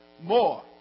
More